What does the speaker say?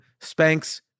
Spanx